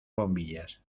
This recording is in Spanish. bombillas